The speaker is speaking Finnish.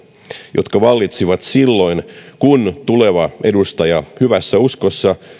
jotka vallitsivat silloin kun tuleva edustaja hyvässä uskossa